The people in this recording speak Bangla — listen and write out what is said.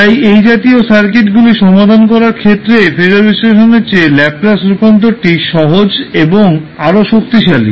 তাই এই জাতীয় সার্কিটগুলি সমাধান করার ক্ষেত্রে ফেজর বিশ্লেষণের চেয়ে ল্যাপলাস রূপান্তরটি সহজ এবং আরও শক্তিশালী